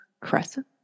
crescent